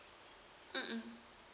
mm